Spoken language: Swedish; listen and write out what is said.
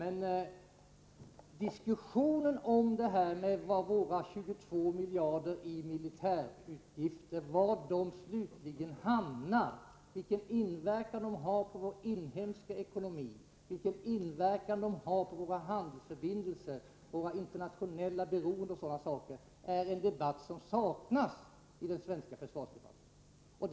En diskussion om var våra 22 miljarder i militärutgifter slutligen hamnar, vilken inverkan de har på vår inhemska ekonomi, på våra handelsförbindelser, på våra internationella beroenden osv. saknas dock i den svenska försvarsdebatten i dag.